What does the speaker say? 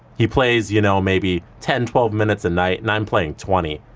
he plays, you know, maybe ten twelve minutes a night and i'm playing twenty.